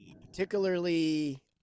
Particularly